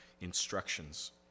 instructions